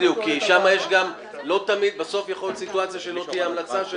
בסוף יכול להיות מקרה שלא תהיה המלצה של